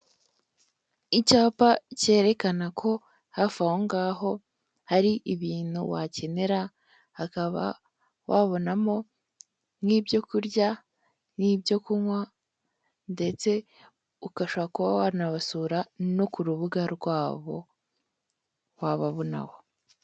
Umuhanda wa kaburimbo urikunyuramo ibinyabiziga bitandukanye harimo ipikipiki ndetse harimo n'imodoka yitwa kwasiteri ishinzwe gutwara abantu mu buryo bwa rusange ibi byose akaba ari ibikorwa remezo leta itugezaho nk'abaturage.